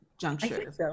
juncture